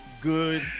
good